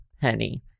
honey